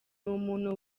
umuntu